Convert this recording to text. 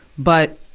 but,